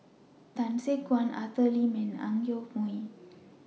Tan Gek Suan Arthur Lim and Ang Yoke Mooi